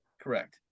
correct